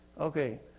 Okay